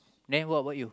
then what bout you